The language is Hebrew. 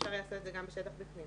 שאפשר יהיה לעשות את זה גם בשטח בפנים.